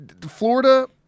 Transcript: Florida